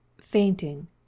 Fainting